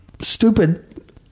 stupid